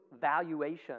valuation